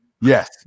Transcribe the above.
Yes